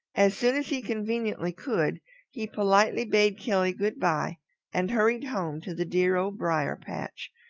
as soon as he conveniently could he politely bade killy good-by and hurried home to the dear old briar-patch,